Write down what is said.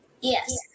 Yes